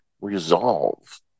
Resolve